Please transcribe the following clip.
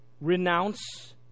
renounce